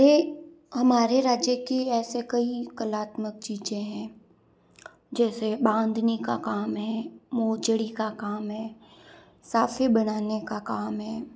हमारे राज्य की ऐसे कई कलात्मक चीज़े हैं जैसे बांधने का काम है मोजड़ी का काम है साफ़े बनाने का काम है